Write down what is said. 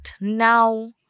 Now